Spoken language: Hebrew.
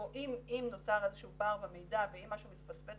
אם נוצר איזה שהוא פער במידע ואם משהו מתפספס